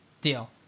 Deal